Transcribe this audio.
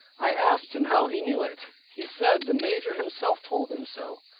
i asked him how he knew it? he said the major himself told him so.